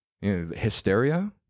Hysteria